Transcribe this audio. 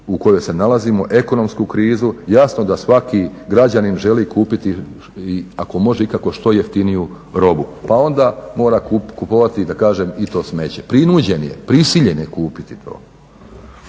u kojoj se nalazimo, ekonomsku krizu, jasno da svaki građanin želi kupiti i ako može ikako što jeftiniju robu pa onda mora kupovati da kažem i to smeće. Prinuđen je, prisiljen je kupiti to.